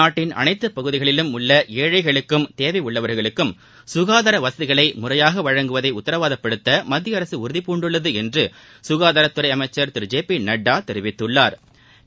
நாட்டின் அனைத்து பகுதிகளிலும் உள்ள ஏழைகளுக்கும் தேவை உள்ளவர்களுக்கும் சுகாதார வசதிகளை முறையாக வழங்குவதை உத்தரவாதப்படுத்த மத்திய அரசு உறுதி பூண்டுள்ளது என்று சுகாதாரத்துறை அமைச்சா் திரு ஜே பி நட்டா தெரிவித்துள்ளா்